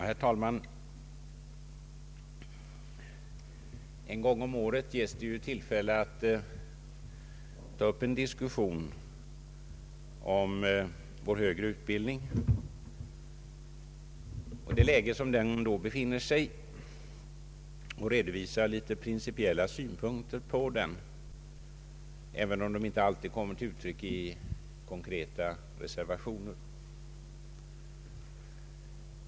Herr talman! En gång om året ges det tillfälle att i riksdagen ta upp en diskussion om den högre utbildningen och det läge den befinner sig i samt att redovisa principiella synpunkter på densamma, även om dessa synpunkter kanske inte alitid kommer till uttryck i konkreta reservationer.